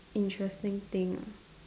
interesting thing ah